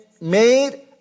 made